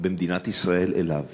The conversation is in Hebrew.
במדינת ישראל אליו